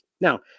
Now